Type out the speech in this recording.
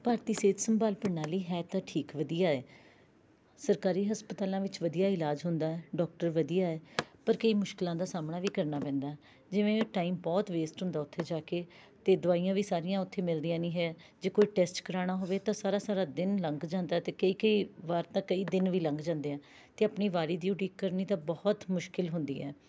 ਭਾਰਤੀ ਸਿਹਤ ਸੰਭਾਲ ਪ੍ਰਣਾਲੀ ਹੈ ਤਾਂ ਠੀਕ ਵਧੀਆ ਹੈ ਸਰਕਾਰੀ ਹਸਪਤਾਲਾਂ ਵਿੱਚ ਵਧੀਆ ਇਲਾਜ ਹੁੰਦਾ ਹੈ ਡਾਕਟਰ ਵਧੀਆ ਹੈ ਪਰ ਕਈ ਮੁਸ਼ਕਲਾਂ ਦਾ ਸਾਹਮਣਾ ਵੀ ਕਰਨਾ ਪੈਂਦਾ ਜਿਵੇਂ ਟਾਈਮ ਬਹੁਤ ਵੇਸਟ ਹੁੰਦਾ ਉੱਥੇ ਜਾ ਕੇ ਅਤੇ ਦਵਾਈਆਂ ਵੀ ਸਾਰੀਆਂ ਉੱਥੇ ਮਿਲਦੀਆਂ ਨਹੀਂ ਹੈ ਜੇ ਕੋਈ ਟੈਸਟ ਕਰਵਾਉਣਾ ਹੋਵੇ ਤਾਂ ਸਾਰਾ ਸਾਰਾ ਦਿਨ ਲੰਘ ਜਾਂਦਾ ਹੈ ਅਤੇ ਕਈ ਕਈ ਵਾਰ ਤਾਂ ਕਈ ਦਿਨ ਵੀ ਲੰਘ ਜਾਂਦੇ ਹੈ ਅਤੇ ਆਪਣੀ ਵਾਰੀ ਦੀ ਉਡੀਕ ਕਰਨੀ ਤਾਂ ਬਹੁਤ ਮੁਸ਼ਕਲ ਹੁੰਦੀ ਹੈ